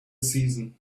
season